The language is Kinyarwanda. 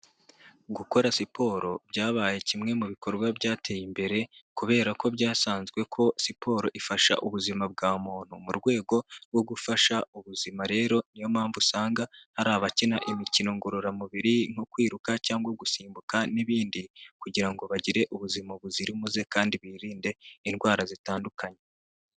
Gukora siporo byabaye kimwe mu bikorwa byateye imbere kubera ko byasanzwe ko siporo ifasha ubuzima bwa muntu mu rwego rwo gufasha ubuzima rero niyo mpamvu usanga hari abakina imikino ngororamubiri, nko kwiruka cyangwa gusimbuka n'ibindi kugira ngo bagire ubuzima buzira umuze kandi birinde indwara zitandukanye.